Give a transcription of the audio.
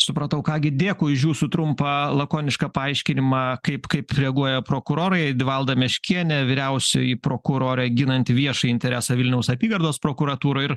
supratau ką gi dėkui už jūsų trumpą lakonišką paaiškinimą kaip kaip reaguoja prokurorai edivalda meškienė vyriausioji prokurorė ginanti viešąjį interesą vilniaus apygardos prokuratūroj ir